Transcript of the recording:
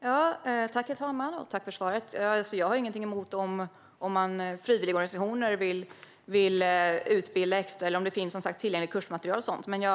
Herr talman! Jag tackar för svaret. Jag har ingenting emot om frivilligorganisationer vill utbilda extra eller, som sagt, om det finns kursmaterial tillgängligt och så vidare.